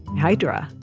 hydra.